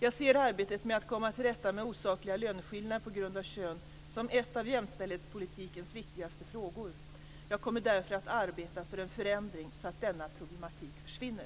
Jag ser arbetet med att komma till rätta med osakliga löneskillnader på grund av kön som en av jämställdhetspolitikens viktigaste frågor. Jag kommer därför att arbeta för en förändring så att denna problematik försvinner.